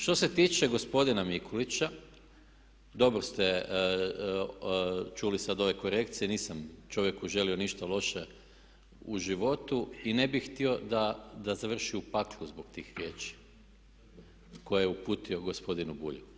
Što se tiče gospodina Mikulića, dobro ste čuli sad ove korekcije, nisam čovjeku želio ništa loše u životu i ne bi htio da završi u paklu zbog tih riječi koje je uputio gospodinu Bulju.